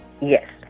Yes